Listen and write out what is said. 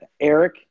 Eric